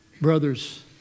Brothers